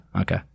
okay